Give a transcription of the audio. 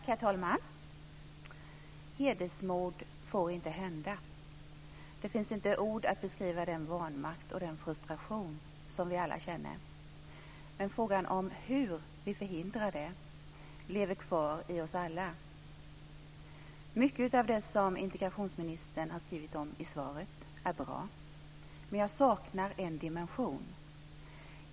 Herr talman! Hedersmord får inte hända. Det finns inte ord att beskriva den vanmakt och den frustration som vi alla känner. Frågan om hur vi förhindrar det lever kvar i oss alla. Mycket av det som integrationsministern har skrivit om i svaret är bra, men jag saknar en dimension.